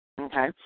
Okay